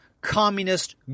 communist